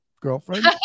girlfriend